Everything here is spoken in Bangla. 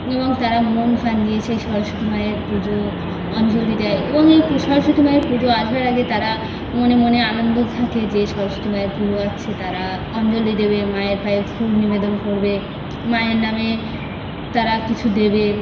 এবং তারা মন প্রাণ দিয়ে সেই সরস্বতী মায়ের পুজো অঞ্জলি দেয় এবং এই সরস্বতী মায়ের পুজো আসবার আগে তারা মনে মনে আনন্দ থাকে যে সরস্বতী মায়ের পুজো আছে তারা অঞ্জলি দেবে মায়ের পায়ে ফুল নিবেদন করবে মায়ের নামে তারা কিছু দেবে